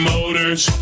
Motors